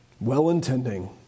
well-intending